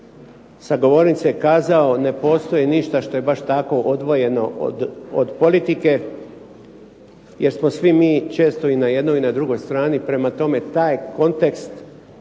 sa govornice kazao ne postoji ništa što je baš tako odvojeno od politike, jer smo svi mi često i na jednoj i na drugoj strani. Prema tome, taj kontekst